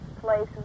places